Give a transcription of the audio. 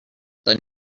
than